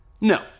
No